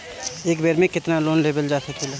एक बेर में केतना लोन लेवल जा सकेला?